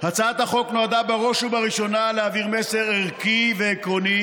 הצעת החוק נועדה בראש ובראשונה להעביר מסר ערכי ועקרוני